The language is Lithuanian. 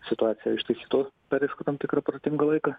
situaciją ištaisytų per tam tikrą protingą laiką